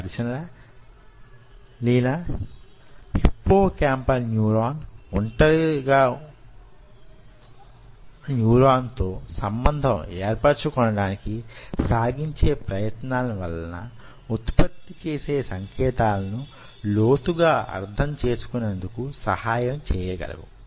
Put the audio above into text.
ఈ పరిశీలన hippocampal neuron వొంటరిగా న్యూరాన్ తో సంబంధం యేర్పరుచు కొనడానికి సాగించే ప్రయత్నాలు వలన వుత్పత్తి చేసే సంకేతాలను లోతుగా అర్థం చేసుకునేందుకు సహాయం చేయగలవు